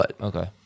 Okay